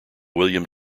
william